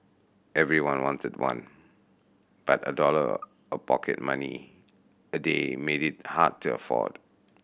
everyone wanted one but a dollar of pocket money a day made it hard to afford